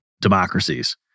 democracies